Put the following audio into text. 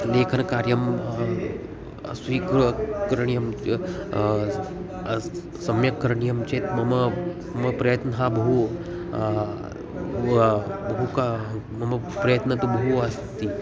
लेखनकार्यं स्वीकरणीयं सम्यक् करणीयं चेत् मम मम प्रयत्नः बहु मम प्रयत्नं तु बहु अस्ति